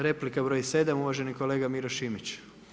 Replika broj 7, uvaženi kolega Miro Šimić.